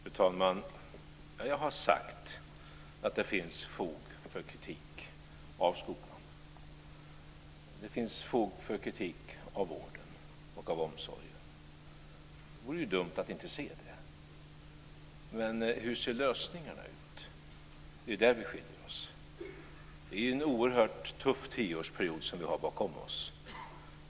Fru talman! Jag har sagt att det finns fog för kritik av skolan. Det finns fog för kritik av vården och omsorgen. Det vore dumt att inte se det. Men hur ser lösningarna ut? Det är där vi skiljer oss. Vi har en oerhört tuff tioårsperiod bakom oss.